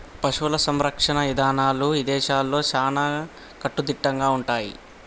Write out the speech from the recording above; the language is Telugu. పశువుల సంరక్షణ ఇదానాలు ఇదేశాల్లో చాలా కట్టుదిట్టంగా ఉంటయ్యి